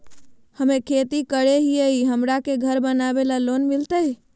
हमे खेती करई हियई, हमरा के घर बनावे ल लोन मिलतई?